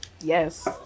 Yes